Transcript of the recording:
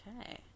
Okay